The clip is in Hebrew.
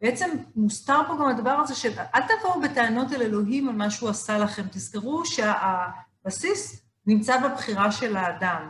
בעצם מוסתר פה גם הדבר הזה של אל תבואו בטענות אל אלוהים על מה שהוא עשה לכם. תזכרו שהבסיס נמצא בבחירה של האדם.